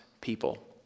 people